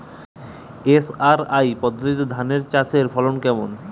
SRI পদ্ধতিতে ধান চাষের ফলন কেমন?